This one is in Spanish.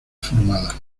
formada